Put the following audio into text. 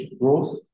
growth